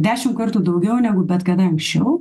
dešim kartų daugiau negu bet kada anksčiau